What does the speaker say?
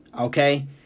Okay